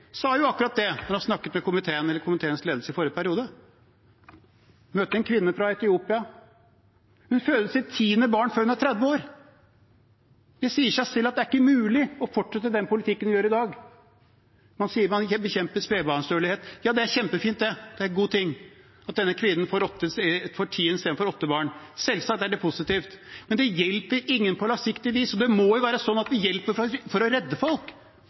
akkurat det da han snakket med komiteens ledelse i forrige periode. Jeg møtte en kvinne fra Etiopia – hun fødte sitt tiende barn før hun var 30 år. Det sier seg selv at det ikke er mulig å fortsette med den politikken som vi gjør i dag. Man sier at man vil bekjempe spedbarnsdødelighet – ja, det er kjempefint, det. Det er en god ting at denne kvinnen får ti istedenfor åtte barn. Selvsagt er det positivt, men det hjelper ingen på langsiktig vis. Det må jo være sånn at vi hjelper for å redde folk,